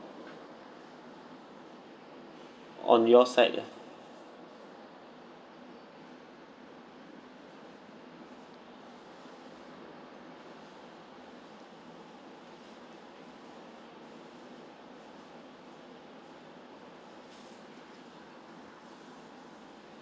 on your side eh